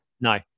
no